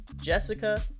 Jessica